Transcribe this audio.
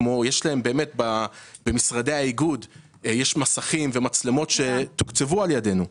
כמו שיש להם באמת במשרדי האיגוד מסכים ומצלמות שתוקצבו על ידנו.